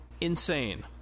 insane